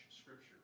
Scripture